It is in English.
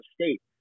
State